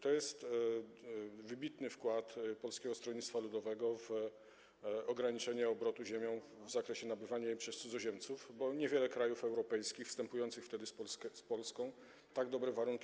To jest wybitny wkład Polskiego Stronnictwa Ludowego w ograniczenie obrotu ziemią w zakresie nabywania jej przez cudzoziemców, bo niewiele krajów europejskich wstępujących wtedy z Polską do Unii wynegocjowało tak dobre warunki.